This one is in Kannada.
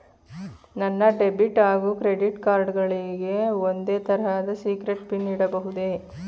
ನನ್ನ ಡೆಬಿಟ್ ಹಾಗೂ ಕ್ರೆಡಿಟ್ ಕಾರ್ಡ್ ಗಳಿಗೆ ಒಂದೇ ತರಹದ ಸೀಕ್ರೇಟ್ ಪಿನ್ ಇಡಬಹುದೇ?